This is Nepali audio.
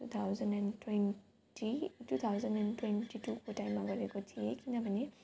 to thousand and twenty two thousand and twenty टुको टाइममा गरेको थिएँ किनभने